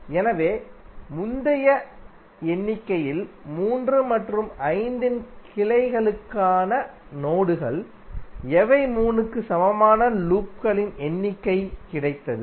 எனவே முந்தைய எண்ணிக்கையில் 3 மற்றும் 5 இன் கிளைகளுக்கான நோடுகள் எனவே 3 க்கு சமமான லூப்களின் எண்ணிக்கை கிடைத்தது